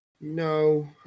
No